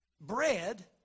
bread